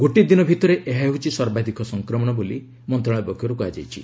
ଗୋଟିଏ ଦିନ ଭିତରେ ଏହା ହେଉଛି ସର୍ବାଧିକ ସଂକ୍ରମଣ ବୋଲି ମନ୍ତ୍ରଶାଳୟ କହିଛି